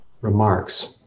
remarks